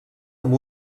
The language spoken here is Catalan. amb